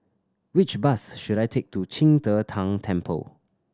which bus should I take to Qing De Tang Temple